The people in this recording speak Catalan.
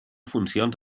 funcions